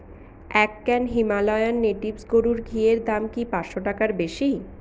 এক can Himalayan natives গরুর ঘিয়ের দাম কি পাঁচশো টাকার বেশি